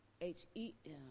H-E-M